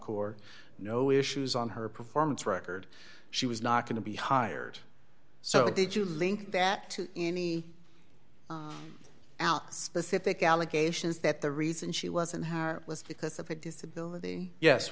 corps no issues on her performance record she was not going to be hired so did you link that to any specific allegations that the reason she was in her list because of her disability yes